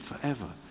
forever